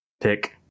pick